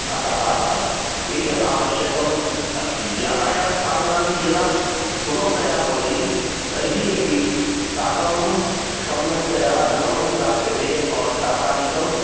अतः एतद् आवश्यकम् अस्ति यातायातसाधनानि यदा सुगमतया भवन्ति तर्हि अपि शाकं सम्यक्तया धनमपि प्राप्यते ओर् शाकादिकं